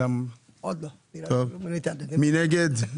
מי נגד?